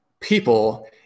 people